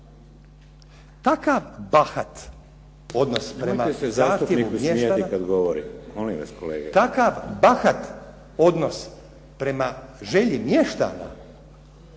Takav bahat odnos prema zahtjevu mještana.